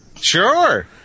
Sure